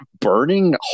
burning